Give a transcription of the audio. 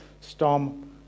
storm